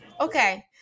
Okay